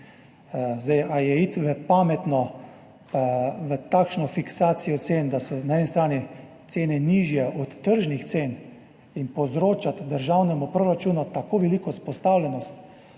Ali je iti pametno v takšno fiksacijo cen, da so na eni strani cene nižje od tržnih cen in povzročati državnemu proračunu tako veliko izpostavljenost,